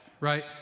right